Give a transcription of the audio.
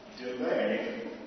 delay